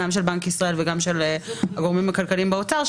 גם של בנק ישראל וגם של הגורמים הכלכליים באוצר.